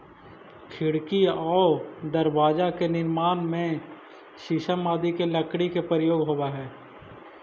खिड़की आउ दरवाजा के निर्माण में शीशम आदि के लकड़ी के प्रयोग होवऽ हइ